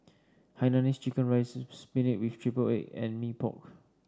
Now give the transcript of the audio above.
Hainanese Chicken Rice spinach with triple egg and Mee Pok